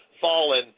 fallen